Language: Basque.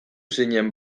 zinen